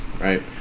right